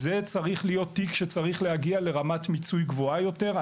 זה צריך להיות תיק שצריך להגיע לרמת מיצוי גבוהה יותר.